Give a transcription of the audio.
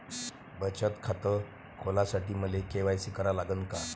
बचत खात खोलासाठी मले के.वाय.सी करा लागन का?